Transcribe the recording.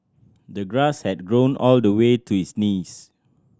the grass had grown all the way to his knees